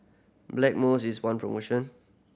Blackmores is bong promotion